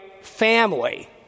family